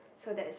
so that's